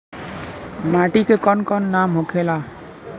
माटी के कौन कौन नाम होखे ला?